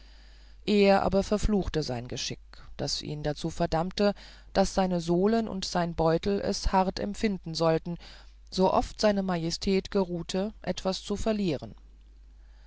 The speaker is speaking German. er aber verfluchte sein geschick das ihn dazu verdammte daß seine sohlen und sein beutel es hart empfinden sollten sooft se majestät geruhten etwas zu verlieren